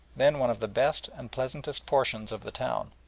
then one of the best and pleasantest portions of the town.